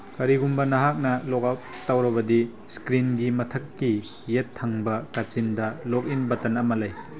ꯀꯔꯤꯒꯨꯝꯕ ꯅꯍꯥꯛꯅ log out ꯇꯧꯔꯕꯗꯤ ꯏꯁꯀ꯭ꯔꯤꯟꯒꯤ ꯃꯊꯛꯀꯤ ꯌꯦꯠ ꯊꯪꯕ ꯀꯥꯆꯤꯟꯗ ꯂꯣꯛꯏꯟ ꯕꯇꯟ ꯑꯃ ꯂꯩ